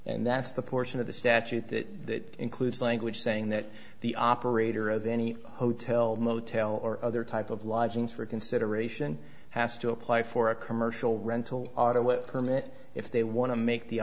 and that's the portion of the statute that includes language saying that the operator of any hotel motel or other type of lodgings for consideration has to apply for a commercial rental auto it permit if they want to make the